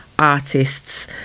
artists